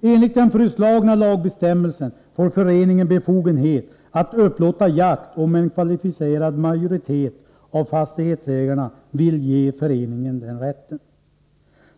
Enligt den föreslagna lagbestämmelsen får föreningen befogenhet att upplåta jakt, om en kvalificerad majoritet av fastighetsägarna vill ge föreningen den rätten.